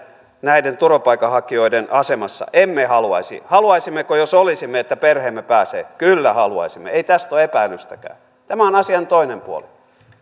näiden turvapaikanhakijoiden asemassa emme haluaisi haluisimmeko jos olisimme että perheemme pääsee kyllä haluaisimme ei tästä ole epäilystäkään tämä on asian toinen puoli